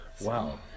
Wow